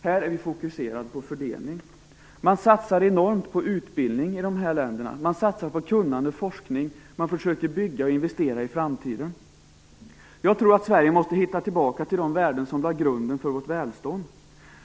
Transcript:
Här är vi fokuserade på fördelning. Man satsar enormt på utbildning i de här länderna. Man satsar på kunnande och forskning. Man försöker bygga och investera i framtiden. Sverige måste hitta tillbaka till de värden som lade grunden för vårt välstånd.